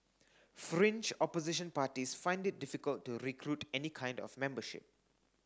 Fringe Opposition parties find it difficult to recruit any kind of membership